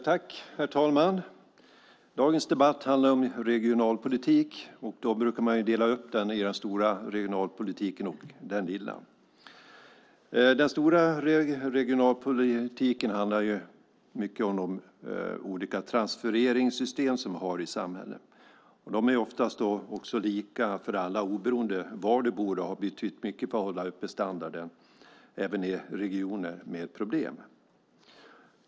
Herr talman! Dagens debatt handlar om regionalpolitik. Man brukar dela upp den i den stora regionalpolitiken och den lilla. Den stora regionalpolitiken handlar mycket om de olika transfereringssystem som vi har i samhället. De är ofta lika för alla oberoende var man bor och har betytt mycket för att hålla uppe standarden, även i regioner med problem.